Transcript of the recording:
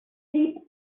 sheep